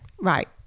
Right